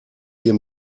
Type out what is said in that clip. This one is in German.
hier